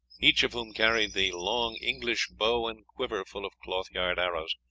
each of whom carried the long english bow and quiver full of cloth-yard arrows,